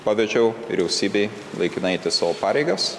pavedžiau vyriausybei laikinai eiti savo pareigas